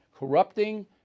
Corrupting